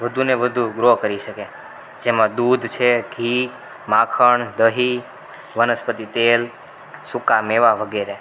વધુને વધુ ગ્રો કરી શકે જેમાં દૂધ છે ઘી માખણ દહીં વનસ્પતિ તેલ સૂકા મેવા વગેરે